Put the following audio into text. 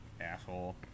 Asshole